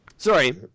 Sorry